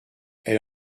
elle